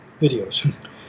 videos